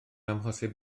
amhosib